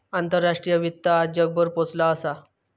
आंतराष्ट्रीय वित्त आज जगभर पोचला असा